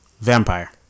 Vampire